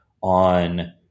on